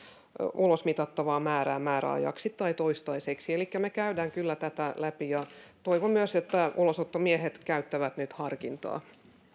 ulosmitattavaa määrää määräajaksi tai toistaiseksi elikkä me käymme tätä kyllä läpi ja toivon myös että ulosottomiehet käyttävät nyt harkintaa arvoisa puhemies